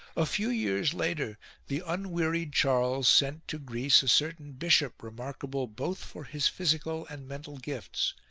a few years later the unwearied charles sent to greece a certain bishop remarkable both for his physical and mental gifts,